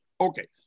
Okay